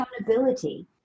accountability